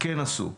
כן עשו.